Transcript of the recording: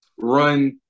run